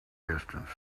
distance